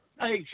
Hey